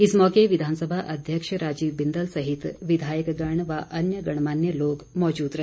इस मौके विधानसभा अध्यक्ष राजीव बिंदल सहित विधायकगण व अन्य गणमान्य लोग मौजूद रहे